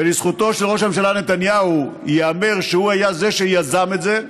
ולזכותו של ראש הממשלה נתניהו ייאמר שהוא היה זה שיזם את זה,